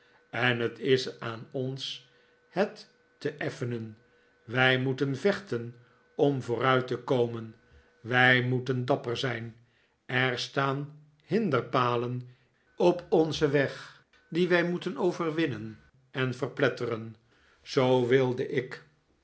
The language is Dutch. en het is aan ons het te effenen wij moeten vechten om vooruit te komen wij moeten dapper zijn er staan hinderpalen op onzen weg die wij moeten overwinnen en verpletteren zoo wilde ik